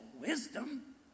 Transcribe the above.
wisdom